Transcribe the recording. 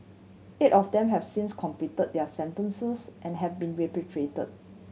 eight of them have since completed their sentences and have been repatriated